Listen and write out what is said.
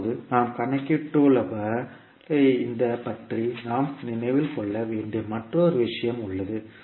இப்போது நாம் கணக்கிட்டுள்ள இந்த பற்றி நாம் நினைவில் கொள்ள வேண்டிய மற்றொரு விஷயம் உள்ளது